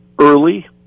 early